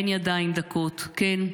כן ידיים דקות / כן,